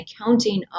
accounting